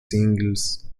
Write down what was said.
singles